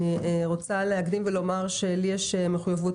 אני רוצה להקדים ולומר שלי יש מחויבות